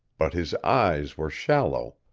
but his eyes were shallow.